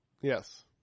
Yes